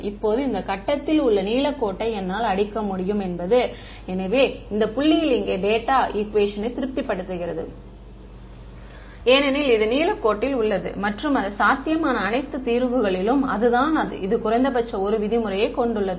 இப்போது இந்த கட்டத்தில் உள்ள நீலக்கோட்டை என்னால் அடிக்க முடியும் என்பது எனவே இந்த புள்ளியில் இங்கே டேட்டா ஈக்குவேஷனை திருப்திப்படுத்துகிறது ஏனெனில் இது நீல கோட்டில் உள்ளது மற்றும் அது சாத்தியமான அனைத்து தீர்வுகளிலும் அதுதான் இது குறைந்தபட்ச 1 விதிமுறையைக் கொண்டுள்ளது